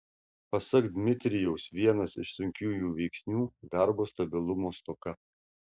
pasak dmitrijaus vienas iš sunkiųjų veiksnių darbo stabilumo stoka